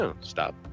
stop